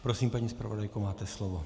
Prosím, paní zpravodajko, máte slovo.